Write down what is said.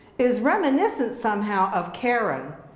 is reminiscent somehow of charon,